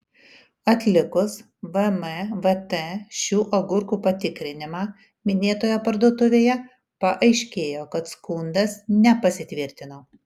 atlikus vmvt šių agurkų patikrinimą minėtoje parduotuvėje paaiškėjo kad skundas nepasitvirtino